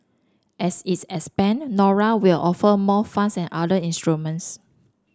as is expand Nora will offer more funds and other instruments